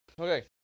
Okay